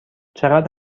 چقدر